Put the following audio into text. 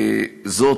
זאת,